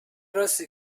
راسته